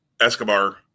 Escobar